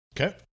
Okay